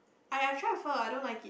I I try Pho I don't like it